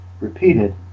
repeated